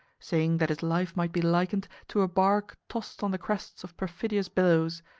saying that his life might be likened to a barque tossed on the crests of perfidious billows,